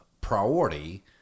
priority